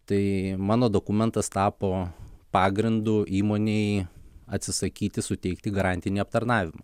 tai mano dokumentas tapo pagrindu įmonei atsisakyti suteikti garantinį aptarnavimą